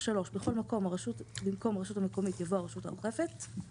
בכל מקום "הרשות המקומית" יבוא "הרשות האוכפת";